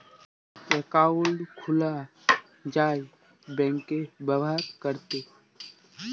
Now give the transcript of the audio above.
account খুলা যায় bank ব্যাভার ক্যরতে